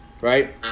Right